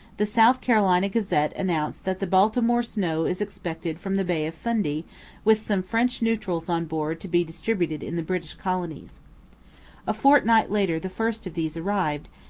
the south carolina gazette announced that the baltimore snow is expected from the bay of fundy with some french neutrals on board to be distributed in the british colonies a fortnight later the first of these arrived,